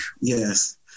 Yes